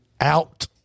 out